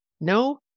No